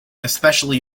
especially